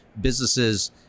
businesses